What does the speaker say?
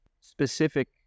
specific